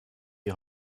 die